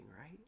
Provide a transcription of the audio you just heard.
right